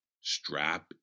Strap